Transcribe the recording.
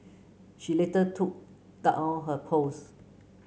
she later took down her post